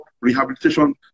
rehabilitation